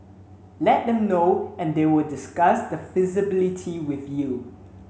let them know and they will discuss the feasibility with you